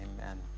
amen